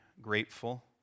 grateful